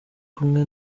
kumwe